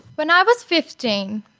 when i was fifteen,